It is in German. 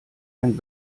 ein